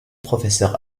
professeur